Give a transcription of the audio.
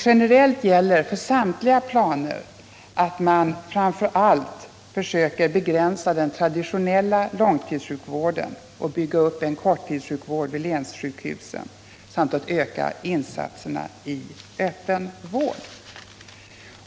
Generellt gäller, för samtliga planer, att man framför allt försöker begränsa den traditionella långtidssjukvården och bygga upp en korttidssjukvård vid länssjukhusen samt öka insatserna i öppen vård.